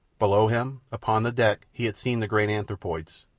below him, upon the deck, he had seen the great anthropoids,